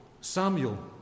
Samuel